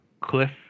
Cliff